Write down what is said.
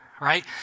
right